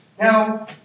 Now